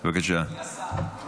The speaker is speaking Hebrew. מי השר במליאה?